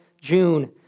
June